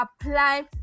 apply